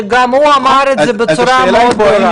שגם הוא אמר את זה בצורה מאוד ברורה.